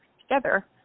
together